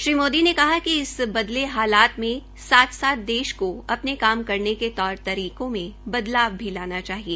श्री मोदी ने कहा कि इस बदले हालात मे साथ साथ देश को अपने काम करने के तौर तरीके में बदलाव भी लाना चाहिए